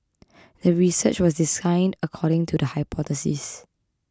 the research was designed according to the hypothesis